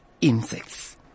insects